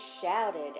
shouted